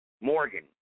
Morgan